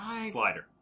Slider